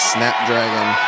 Snapdragon